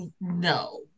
No